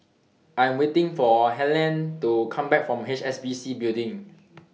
I'm waiting For Helene to Come Back from H S B C Building